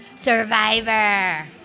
Survivor